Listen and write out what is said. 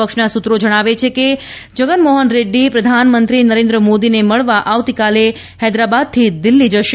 પક્ષના સૂત્રો જણાવે છે કે જગમ મોહન રેડ્ડી પ્રધાનમંત્રી નરેન્દ્ર મોદીને મળવા આવતીકાલે હેદરાબાદથી દિલ્હી જશે